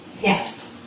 Yes